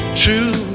true